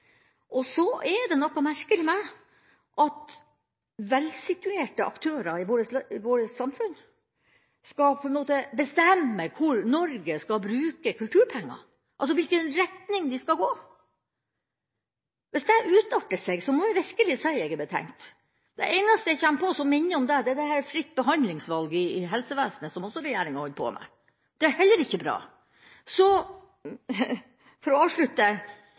fordelt. Så er det noe merkelig med at velsituerte aktører i vårt samfunn på en måte skal bestemme hvor Norge skal bruke kulturpengene – altså i hvilken retning de skal gå. Hvis det utarter, må jeg virkelig si at jeg er betenkt. Det eneste jeg kommer på som minner om det, er fritt behandlingsvalg i helsevesenet, som også regjeringa holder på med. Det er heller ikke bra. Så for å avslutte: